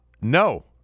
No